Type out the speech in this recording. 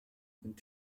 sind